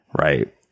right